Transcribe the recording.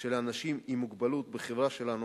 של האנשים עם מוגבלות בחברה שלנו